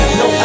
no